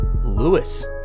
Lewis